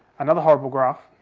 another horrible graph.